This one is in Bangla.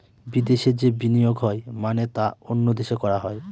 বিদেশে যে বিনিয়োগ হয় মানে তা অন্য দেশে করা হয়